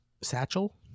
Satchel